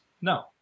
No